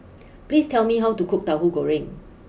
please tell me how to cook Tauhu Goreng